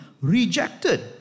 rejected